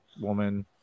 woman